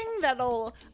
that'll